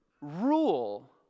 Rule